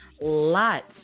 lots